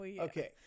Okay